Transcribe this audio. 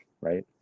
Right